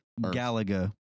Galaga